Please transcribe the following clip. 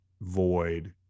void